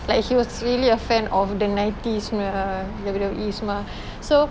like he was really a fan of the nineties punya W_W_E semua so